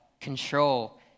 control